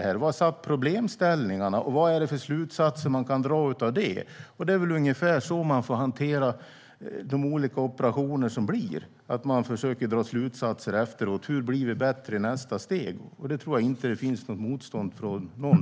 Var fanns det problem och vilka slutsatser kan man dra av det? Det är ungefär så som man får hantera olika operationer, och att man i nästa steg försöker att dra slutsatser efteråt om hur det ska bli bättre. På den punkten tror jag inte att det finns något motstånd från någon.